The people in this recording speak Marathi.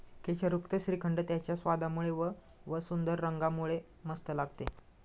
केशरयुक्त श्रीखंड त्याच्या स्वादामुळे व व सुंदर रंगामुळे मस्त लागते